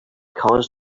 caused